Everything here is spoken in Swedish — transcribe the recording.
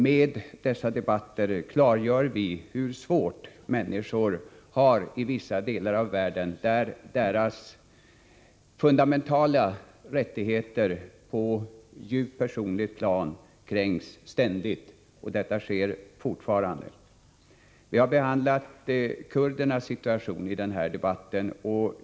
Med dessa klargör vi hur svårt människor har det i vissa delar av världen, där deras fundamentala rättigheter på ett djupt personligt plan ständigt kränks — och detta sker fortfarande. Vi har i denna debatt behandlat kurdernas situation.